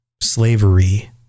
slavery